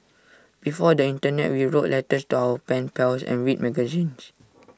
before the Internet we wrote letters to our pen pals and read magazines